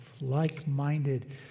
like-minded